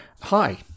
Hi